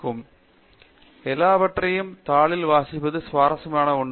பேராசிரியர் சத்யநாராயணன் என் கும்மாடி எல்லாவற்றையும் தாளில் வாசிப்பது சுவாரஸ்யமான ஒன்று